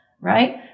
right